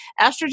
Estrogen